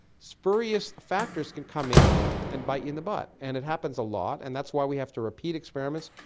spurious factors can come in and bite you in the butt, and it happens a lot, and that's why we have to repeat experiments,